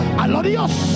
alorios